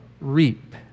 reap